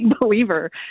believer